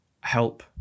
help